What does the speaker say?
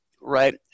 right